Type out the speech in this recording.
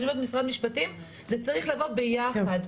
משרד המשפטים - זה צריך לבוא ביחד.